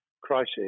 crisis